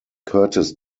curtis